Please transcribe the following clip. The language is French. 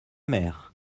mer